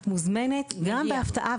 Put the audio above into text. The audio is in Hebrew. את מוזמנת גם בהפתעה,